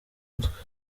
mutwe